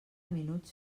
minuts